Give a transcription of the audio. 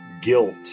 guilt